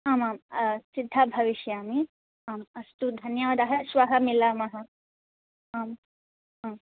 आम् आम् सिद्धा भविष्यामि आम् अस्तु धन्यवादः श्वः मिलामः आम् आम्